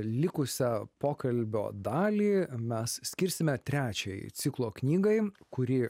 likusią pokalbio dalį mes skirsime trečiajai ciklo knygai kuri